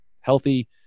healthy